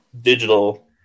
digital